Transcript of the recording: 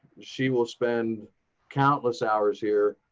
she will spend countless hours here,